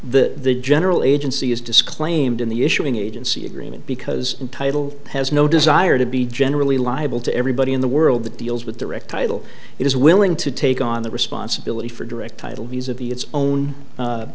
to the general agency is disclaimed in the issuing agency agreement because title has no desire to be generally liable to everybody in the world that deals with direct title is willing to take on the responsibility for direct title views of the its own